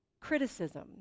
criticism